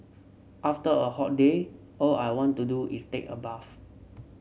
after a hot day all I want to do is take a bath